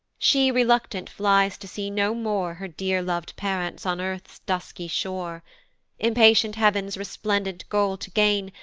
she unreluctant flies to see no more her dear-lov'd parents on earth's dusky shore impatient heav'n's resplendent goal to gain,